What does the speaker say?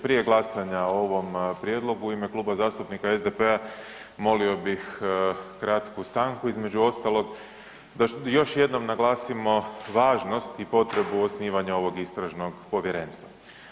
Prije glasanja o ovom prijedlogu u ime Kluba zastupnika SDP-a molio bih kratku stanku, između ostalog, da još jednom naglasimo važnost i potrebu osnivanja ovog istražnog povjerenstva.